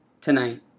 tonight